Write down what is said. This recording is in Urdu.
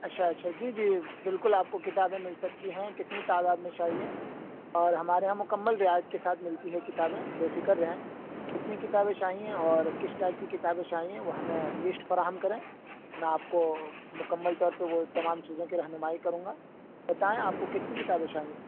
اچھا اچھا جی جی بالکل آپ کو کتابیں مل سکتی ہیں کتنی تعداد میں چاہئیں اور ہمارے یہاں مکمل رعایت کے ساتھ ملتی ہے کتابیں بےفکر رہیں کتنی کتابیں چاہئیں اور کس ٹائپ کی کتابیں چاہئیں وہ ہمیں لیسٹ فراہم کریں میں آپ کو مکمل طور پہ وہ تمام چیزوں کی رہنمائی کروں گا بتائیں آپ کو کتنی کتابیں چاہئیں